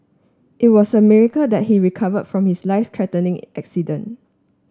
it was a miracle that he recover from his life threatening accident